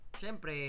siempre